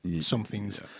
something's